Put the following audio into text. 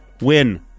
Win